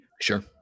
sure